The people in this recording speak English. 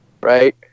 right